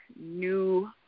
new